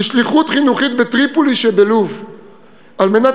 לשליחות חינוכית בטריפולי שבלוב על מנת